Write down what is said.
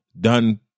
done